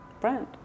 brand